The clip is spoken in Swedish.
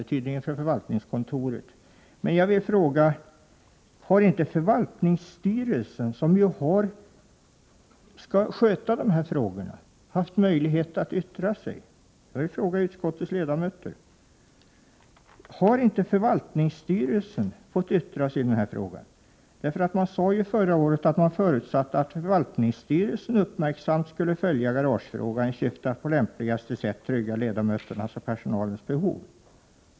Förvaltningskontoret har alltså lämnat ett negativt yttrande. Jag vill fråga utskottets ledamöter: Har inte förvaltningsstyrelsen, som skall sköta dessa frågor, haft möjlighet att yttra sig? I fjol sades att man förutsatte att förvaltningsstyrelsen uppmärksamt skulle följa garagefrågan i syfte att på lämpligaste sätt trygga ledamöternas och personalens behov.